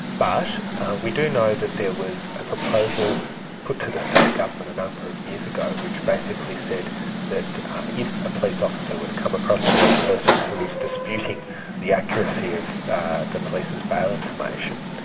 but we do know that there was a proposal put to the state government a number of years ago which basically said that if a police officer were to come across a young person who was disputing the accuracy of the police's bail information,